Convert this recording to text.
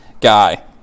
guy